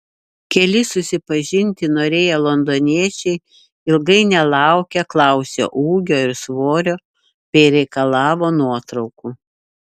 keli susipažinti norėję londoniečiai ilgai nelaukę klausė ūgio ir svorio bei reikalavo nuotraukų